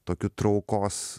tokiu traukos